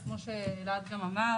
אז כמו שאלעד גם אמר,